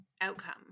outcome